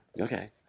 Okay